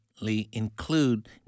include